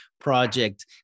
project